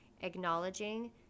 acknowledging